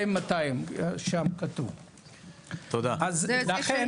זה יוצא 6300. נכון מאוד, אז זה האנשים